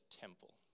temple